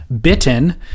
bitten